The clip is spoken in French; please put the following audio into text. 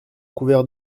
couvert